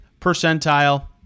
percentile